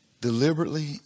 Deliberately